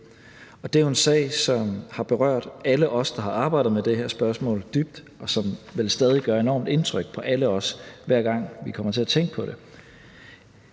Det er jo en sag, som har berørt alle os, der har arbejdet med det her spørgsmål, dybt, og som vel stadig gør et enormt indtryk på alle os, hver gang vi kommer til at tænke på det.